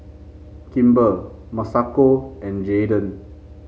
Kimber Masako and Jaeden